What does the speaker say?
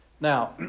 Now